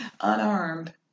unarmed